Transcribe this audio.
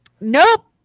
nope